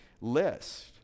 list